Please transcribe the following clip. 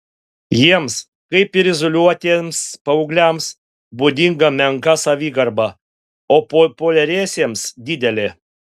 jiems kaip ir izoliuotiems paaugliams būdinga menka savigarba o populiariesiems didelė